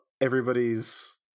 everybody's